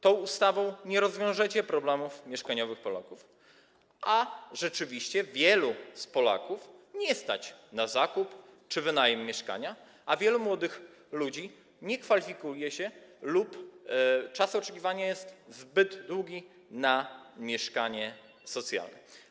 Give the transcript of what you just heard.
Tą ustawą nie rozwiążecie problemów mieszkaniowych Polaków, a rzeczywiście wielu Polaków nie stać na zakup czy wynajem mieszkania i wielu młodych ludzi nie kwalifikuje się - lub czas oczekiwania jest zbyt długi - na mieszkanie socjalne.